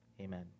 amen